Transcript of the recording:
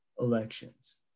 elections